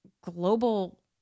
global